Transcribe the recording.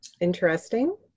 interesting